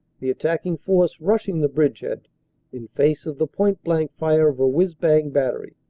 the attacking force rushing the bridgehead in face of the point-blank fire of a whizz-bang battery.